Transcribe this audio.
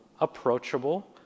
approachable